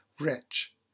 wretch